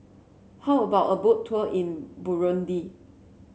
how about a Boat Tour in Burundi